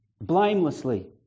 Blamelessly